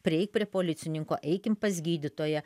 prieik prie policininko eikim pas gydytoją